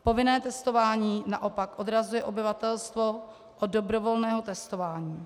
Povinné testování naopak odrazuje obyvatelstvo od dobrovolného testování.